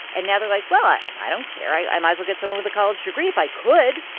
and now they're like, well, i don't care. i i might as well get someone with a college degree. if i could,